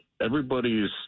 everybody's